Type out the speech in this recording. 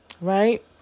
right